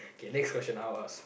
okay next question I'll ask